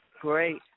Great